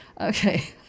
Okay